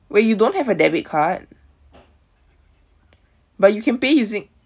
wait you don't have a debit card but you can pay using